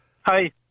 Hi